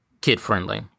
kid-friendly